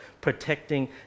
protecting